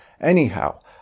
Anyhow